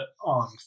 on